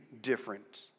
different